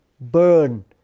burn